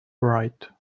bright